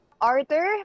Arthur